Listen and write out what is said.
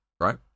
right